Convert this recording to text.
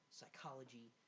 psychology